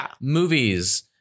movies